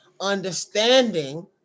understanding